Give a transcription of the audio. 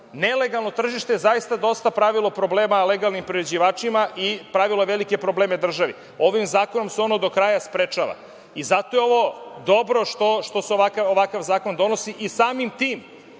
tržište je zaista dosta pravilo problema legalnim priređivačima i pravilo je velike probleme državi. Ovim zakonom se ono do kraja sprečava i zato je dobro što se ovakav zakon donosi i samim tim